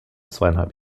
zweieinhalb